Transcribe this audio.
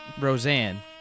Roseanne